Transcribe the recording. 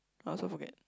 I also forget